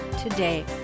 today